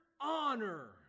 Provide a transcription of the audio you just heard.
honor